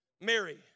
Mary